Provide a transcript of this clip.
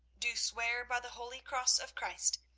do swear by the holy cross of christ,